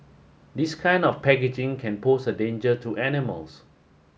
this kind of packaging can pose a danger to animals